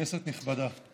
כנסת נכבדה,